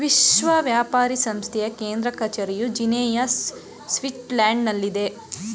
ವಿಶ್ವ ವ್ಯಾಪಾರ ಸಂಸ್ಥೆಯ ಕೇಂದ್ರ ಕಚೇರಿಯು ಜಿನಿಯಾ, ಸ್ವಿಟ್ಜರ್ಲ್ಯಾಂಡ್ನಲ್ಲಿದೆ